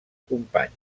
companys